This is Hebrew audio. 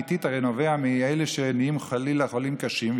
הרי הסכנה האמיתית נובעת למי שנהיים חלילה חולים קשים,